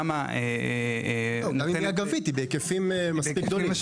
לא, גם אם היא אגבית היא בהיקפים מספיק גדולים.